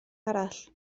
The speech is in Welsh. arall